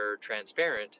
transparent